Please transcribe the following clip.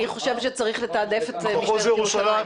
חושבת שצריך לתעדף את משטרת ירושלים.